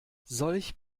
solch